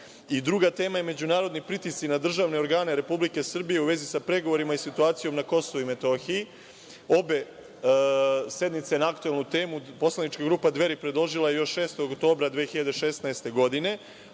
druga tema je, međunarodni pritisci na državne organe Republike Srbije u vezi sa pregovorima i situacijom na KiM. Obe sednice na aktuelnu temu, poslanička grupa Dveri predložila je još 6. oktobra 2016. godine,